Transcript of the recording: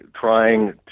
trying